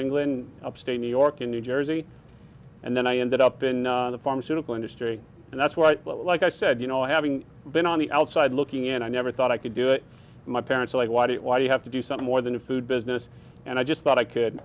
england upstate new york in new jersey and then i ended up in the pharmaceutical industry and that's right but like i said you know having been on the outside looking in i never thought i could do it my parents like what it was you have to do some more than a food business and i just thought i could